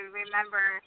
remember